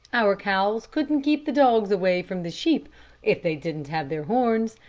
our cows couldn't keep the dogs away from the sheep if they didn't have their horns.